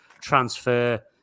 transfer